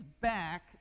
back